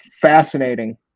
fascinating